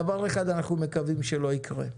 דבר אחד אנחנו מקווים שלא יקרה.